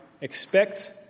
Expect